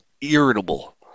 irritable